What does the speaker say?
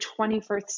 21st